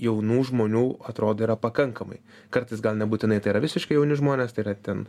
jaunų žmonių atrodo yra pakankamai kartais gal nebūtinai tai yra visiškai jauni žmonės tai yra ten